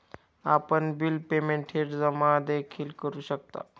आपण bill payment थेट जमा देखील करू शकता